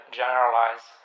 generalize